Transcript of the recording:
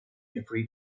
every